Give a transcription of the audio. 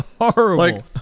horrible